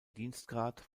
dienstgrad